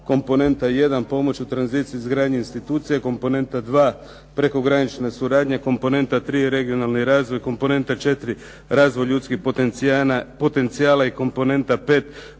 Komponenta jedan - pomoć u tranziciji, izgradnji institucija. Komponenta dva - prekogranična suradnja. Komponenta tri - regionalni razvoj. Komponenta četiri – razvoj ljudskih potencijala. I komponenta